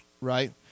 right